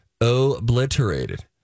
obliterated